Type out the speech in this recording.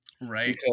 right